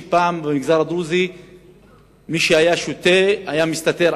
ופעם במגזר הדרוזי מי שהיה שותה היה מסתתר.